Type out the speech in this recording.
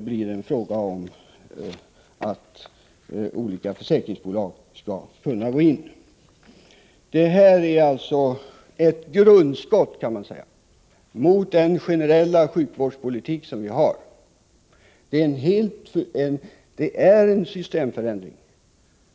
blir fråga om att olika försäkringsbolag skall kunna gå in. Man kan säga att det här alltså är ett grundskott mot den generella sjukvårdspolitik som vi fört. Detta innebär en systemförändring.